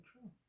true